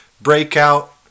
breakout